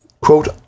Quote